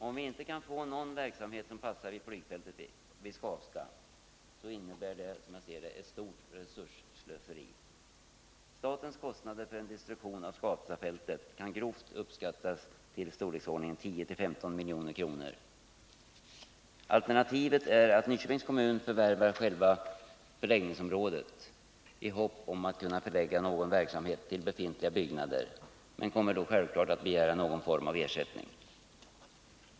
Om vi inte kan få någon verksamhet som passar vid Skavsta flygfält så innebär det ett stort resursslöseri. Statens kostnader för en destruktion av Skavstafältet kan grovt uppskattas till storleksordningen 10-15 milj.kr. Alternativet är att Nyköpings kommun förvärvar själva förläggningsområdet i hopp om att kunna förlägga någon verksamhet till befintliga byggnader, men kommunen kommer då självklart att begära någon form av ersättning.